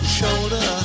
shoulder